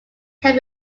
can